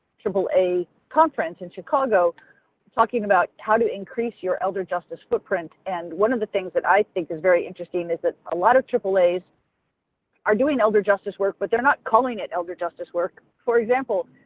aaa conference in chicago talking about how to increase your elder justice footprint. and one of the things that i think is very interesting is a ah lot of aaas are doing elder justice work, but they're not calling it elder justice work. for example,